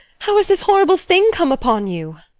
how has this horrible thing come upon you?